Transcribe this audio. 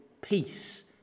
peace